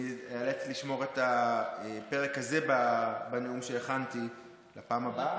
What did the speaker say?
אני איאלץ לשמור את הפרק הזה בנאום שהכנתי לפעם הבאה.